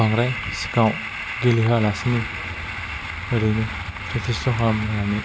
बांद्राय सिगाङाव गेलेहोआ लासिनो ओरैनो प्रेकटिसल' खालामनानै